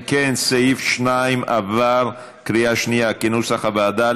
אם כן, סעיף 2 עבר בקריאה שנייה כנוסח הוועדה.